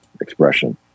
expression